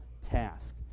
task